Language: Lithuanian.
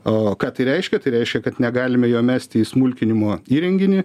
o ką tai reiškia tai reiškia kad negalime jo mesti į smulkinimo įrenginį